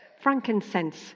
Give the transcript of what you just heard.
Frankincense